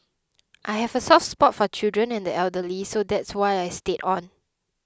I have a soft spot for children and the elderly so that's why I stayed on